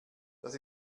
das